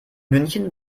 münchen